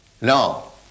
No